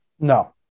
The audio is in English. No